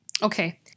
Okay